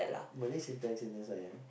Malay syntax in S_I_M